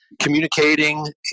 communicating